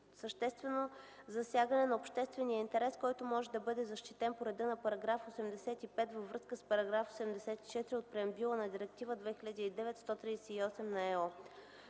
съществено засягане на обществения интерес, който може да бъде защитен по реда на § 85 във връзка с § 84 от преамбюла на Директива 2009/138/ЕО.